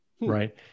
Right